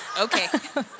Okay